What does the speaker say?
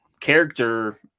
character